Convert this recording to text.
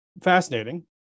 fascinating